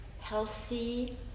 healthy